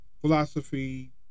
Philosophy